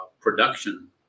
production